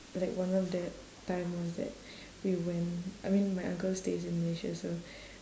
like one of that time was that we went I mean my uncle stays in malaysia so